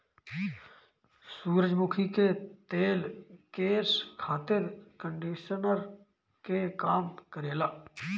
सूरजमुखी के तेल केस खातिर कंडिशनर के काम करेला